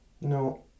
No